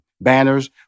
banners